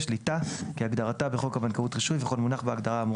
"שליטה" כהגדרתה בחוק הבנקאות (רישוי) וכל מונח בהגדרה האמורה